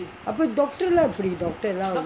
அப்போ:appo doctor லாம் எப்டி:laam epdi